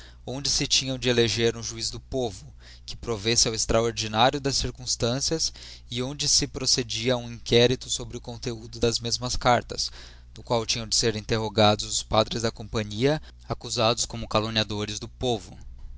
onde se tinha de eleger ura juiz do povo que provesse ao extraordinário das circumstancias e onde se procedia a um inquérito sobre o conteúdo das mesmas cartas no qual tinham de ser interrogados os padres da companhia accusados como calumniadores da povo